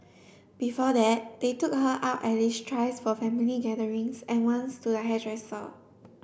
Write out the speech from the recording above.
before that they took her out at least thrice for family gatherings and once to the hairdresser